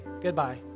Goodbye